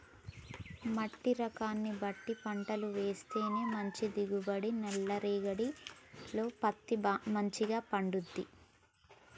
మట్టి రకాన్ని బట్టి పంటలు వేస్తేనే మంచి దిగుబడి, నల్ల రేగఢీలో పత్తి మంచిగ పండుతది